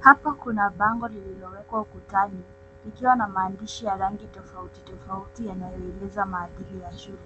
Hapa kuna bango lililowekwa ukutani, likiwa na maandishi ya rangi tofauti tofauti yanayoeleza maadili ya shule.